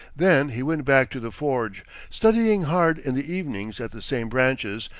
then he went back to the forge, studying hard in the evenings at the same branches,